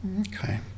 Okay